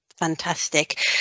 fantastic